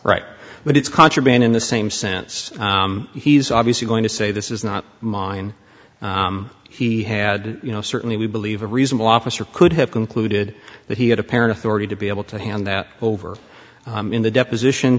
right but it's contraband in the same sense he's obviously going to say this is not mine he had you know certainly we believe a reasonable officer could have concluded that he had apparent authority to be able to hand that over in the deposition